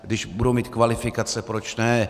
Když budou mít kvalifikaci, proč ne?